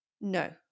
no